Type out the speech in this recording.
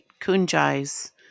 Kunjai's